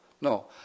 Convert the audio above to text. No